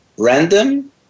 Random